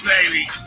baby